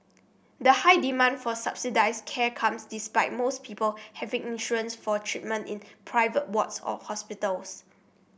the high demand for subsidised care comes despite most people having insurance for treatment in private wards or hospitals